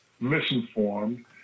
misinformed